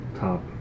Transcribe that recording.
top